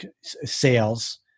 sales